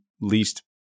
least